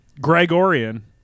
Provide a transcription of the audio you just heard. Gregorian